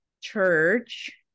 church